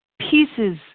pieces